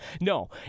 No